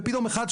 ופתאום אחד,